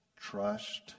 trust